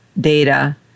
data